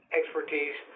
expertise